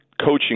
coaching